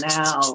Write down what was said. now